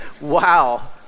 Wow